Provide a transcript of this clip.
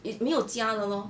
it's 没有加了 lor